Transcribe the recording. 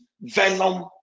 venom